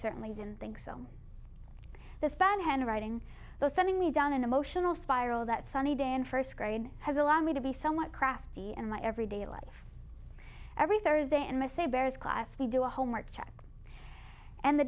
certainly didn't think so the fan handwriting though sending me down an emotional spiral that sunny day in first grade has a long way to be somewhat crafty and my everyday life every thursday in my sabers class we do a homework check and the